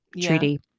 treaty